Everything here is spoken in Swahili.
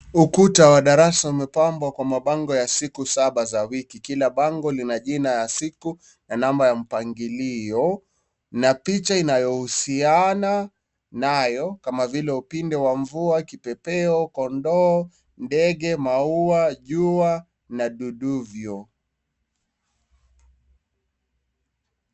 Ukuta wa darasa umepambwa kwa mapambo ya siku saba za wiki, kila bango lina jina ya siku na namba ya mpangilio na picha ianyohusiana nayo kam vile upinde wa mvua, kipepeo, kindoo, ndege, maua ,jua na duduvyoo.